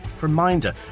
reminder